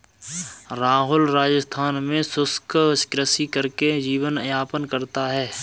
राहुल राजस्थान में शुष्क कृषि करके जीवन यापन करता है